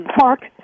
Mark